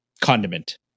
condiment